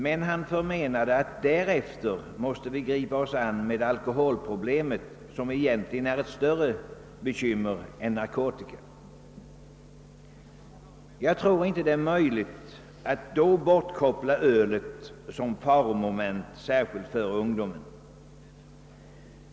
Men han ansåg att vi därefter måste gripa oss an med alkoholproblemet, som egentligen är ett större bekymmer än narkotikan. Jag tror inte det är möjligt att härvidlag koppla bort ölet som faromoment särskilt för ungdomen.